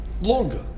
longer